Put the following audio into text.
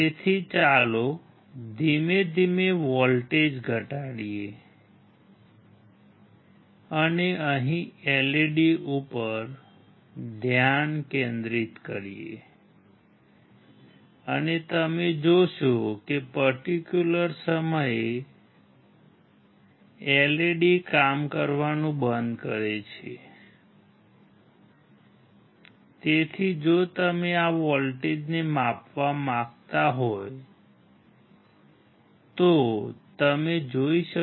તેથી ચાલો ધીમે ધીમે વોલ્ટેજ ઘટાડીએ અને અહીં LED ઉપર ધ્યાન કેન્દ્રિત કરીએ અને તમે જોશો કે પર્ટીક્યુલર વોલ્ટેજ તમે 2